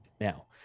now